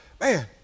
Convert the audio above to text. man